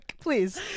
please